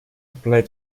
played